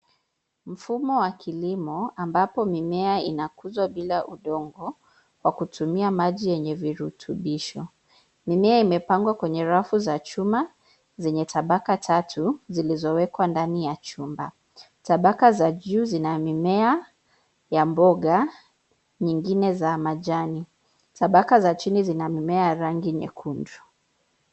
Mfumo wa kilimo ambapo mimea inakuzwa bila udongo kwa kutumia maji yenye virutubisho. Mimea imepangwa kwenye rafu za chuma zenye tabaka tatu zilizowekwa ndani ya chumba. Tabaka za juu zina mimea ya mboga nyingine za majani. Tabaka za chini zina mimea rangi nyekundu.